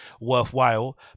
worthwhile